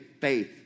faith